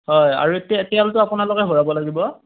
হয় আৰু তেলটো আপোনালোকে ভৰাব লাগিব